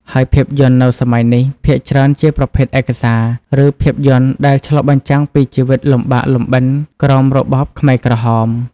ហើយភាពយន្តនៅសម័យនេះ ភាគច្រើនជាប្រភេទឯកសារ ឬភាពយន្តដែលឆ្លុះបញ្ចាំងពីជីវិតលំបាកលំបិនក្រោមរបបខ្មែរក្រហម។